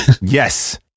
Yes